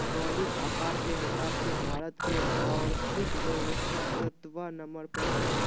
भौगोलिक आकार के हिसाब से भारत के और्थिक व्यवस्था सत्बा नंबर पर हइ